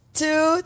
two